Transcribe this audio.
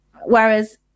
whereas